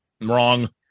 Wrong